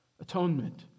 atonement